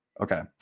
Okay